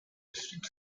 district